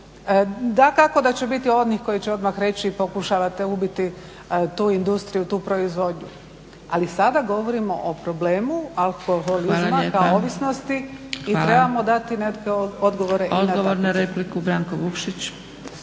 Dakako da će biti onih koji će odmah reći pokušavate ubiti tu industriju, tu proizvodnju, ali sada govorimo o problemu alkoholizma kao ovisnosti i trebamo dati neke odgovore i na ta pitanja.